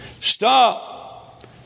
Stop